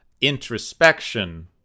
introspection